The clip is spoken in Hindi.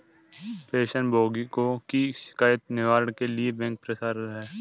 पेंशन भोगियों की शिकायत निवारण के लिए बैंक प्रयासरत है